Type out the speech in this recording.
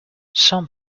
some